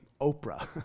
Oprah